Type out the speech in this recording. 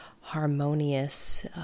harmonious